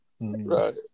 right